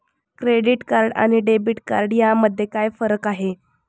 Credit card आणि debit card यामध्ये काय फरक आहे?